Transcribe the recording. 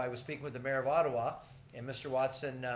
i was speaking with the mayor of ottawa and mr. watson,